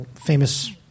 famous